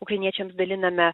ukrainiečiams daliname